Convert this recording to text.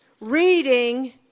reading